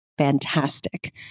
fantastic